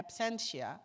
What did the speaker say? absentia